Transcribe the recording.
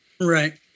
Right